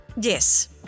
yes